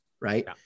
right